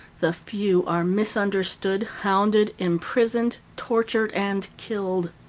the few are misunderstood, hounded, imprisoned, tortured, and killed.